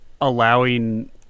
allowing